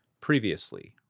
Previously